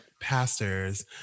pastors